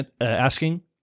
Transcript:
asking